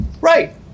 Right